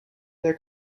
their